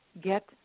get